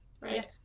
right